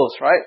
right